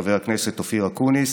חבר הכנסת אופיר אקוניס,